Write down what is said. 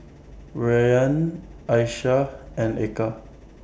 Rayyan Aishah and Eka